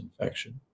infection